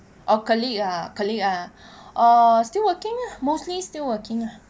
orh colleague ah colleague ah orh still working lah mostly still working